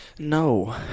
no